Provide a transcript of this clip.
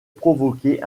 provoquer